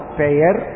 payer